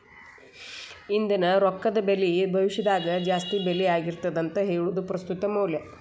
ಇಂದಿನ ರೊಕ್ಕದ ಬೆಲಿ ಭವಿಷ್ಯದಾಗ ಜಾಸ್ತಿ ಬೆಲಿ ಆಗಿರ್ತದ ಅಂತ ಹೇಳುದ ಪ್ರಸ್ತುತ ಮೌಲ್ಯ